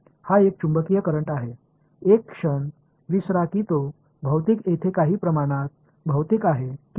हा एक चुंबकीय करंट आहे एक क्षण विसरा की तो भौतिक येथे काही प्रमाणात भौतिक आहे की नाही